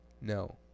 No